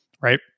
right